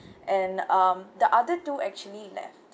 and um the other two actually left